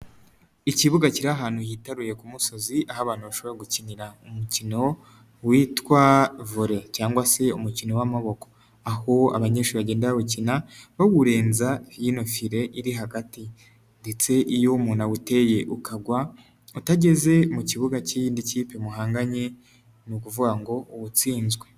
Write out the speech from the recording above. Ikibuga kiri ahantu hitaruye ku musozi, aho abantu bashobora gukinira umukino witwa vole cg se umukino w'amaboko. Aho abanyeshuri bagenda bakina bawurenza ino fire iri hagati. Ndetse iyo umuntu awuteye ukagwa utageze mu kibuga cy'iyindi kipe muhanganye ni ukuvuga ngo uba utsinzwe.